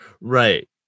Right